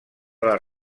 les